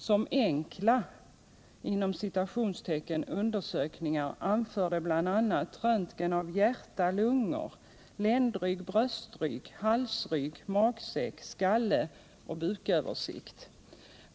Som ”enkla” undersökningar anför de bl.a. röntgen av hjärta, lungor, ländrygg, bröstrygg, halsrygg, magsäck, skalle och buköversikt.